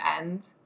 end